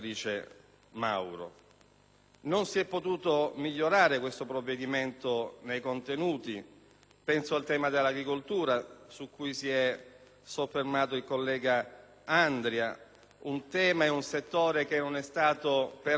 Non si è potuto migliorare questo provvedimento nei contenuti. Penso al tema dell'agricoltura, su cui si è soffermato il collega Andria; un tema ed un settore che non è stato per nulla interessato